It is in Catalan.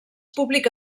publica